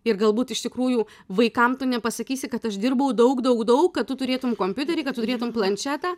ir galbūt iš tikrųjų vaikam tu nepasakysi kad aš dirbau daug daug daug kad tu turėtum kompiuterį kad tu turėtum planšetę